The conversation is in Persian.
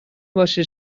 باشه